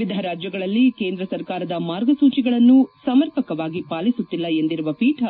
ವಿವಿಧ ರಾಜ್ಯಗಳಲ್ಲಿ ಕೇಂದ್ರ ಸರ್ಕಾರದ ಮಾರ್ಗಸೂಚಿಗಳನ್ನು ಸಮರ್ಪಕವಾಗಿ ಪಾಲಿಸುತ್ತಿಲ್ಲ ಎಂದಿರುವ ಪೀಠ